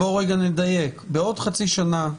בואו רגע נדייק בעוד חצי שנה,